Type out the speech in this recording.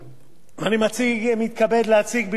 ואני מתכבד להציג בפניכם